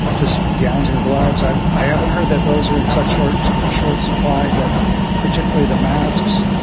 just gowns and gloves. i haven't heard that those are in such short short supply, but particularly the masks,